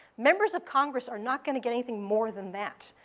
members of congress are not going to get anything more than that.